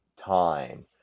time